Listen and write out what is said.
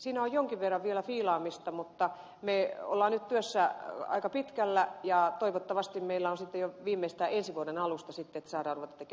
siinä on jonkin verran vielä fiilaamista mutta me olemme nyt työssä aika pitkällä ja toivottavasti meillä on sitten jo viimeistään ensi vuoden alusta valmista että saadaan ruveta tekemään lainsäädäntöä